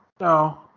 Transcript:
No